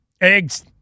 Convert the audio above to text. eggs